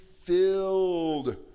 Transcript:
filled